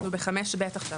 אנחנו ב-5(ב) עכשיו.